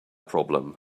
problem